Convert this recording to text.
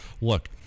look